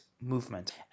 movement